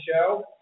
show